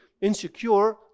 insecure